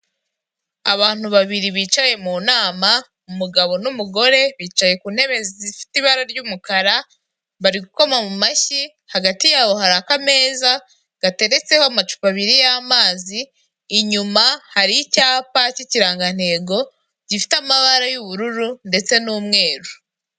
Abantu babiri bicaye mu nama umugabo n'umugore bicaye ku ntebe zifite ibara ry'umukara, bari gukoma mu mashyi hagati yabo hari akameza gateretseho amacupa abiri y'amazi, inyuma hari icyapa cy'ikirangantego gifite amabara y'ubururu ndetse n'umweru.